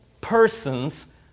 persons